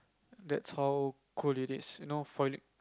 that's how cold it is you know